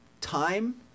time